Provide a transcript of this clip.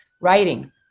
writing